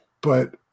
but-